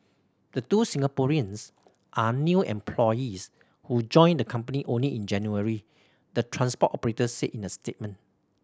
the two Singaporeans are new employees who joined the company only in January the transport operator said in a statement